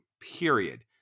period